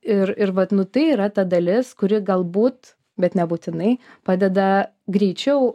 ir ir vat nu tai yra ta dalis kuri galbūt bet nebūtinai padeda greičiau